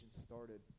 started